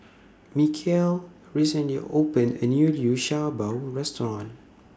Mikeal recently opened A New Liu Sha Bao Restaurant